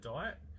Diet